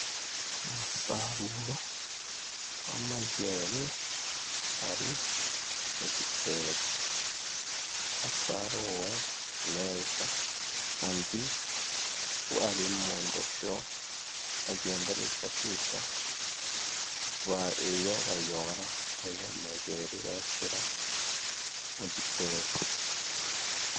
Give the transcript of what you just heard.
Umusaruro w'amajeri ari mu gitebo, wasaruwe neza andi ari mu ndosho, bagenda bifashisha bayora ayo majeri, bayashyira mu gitebo.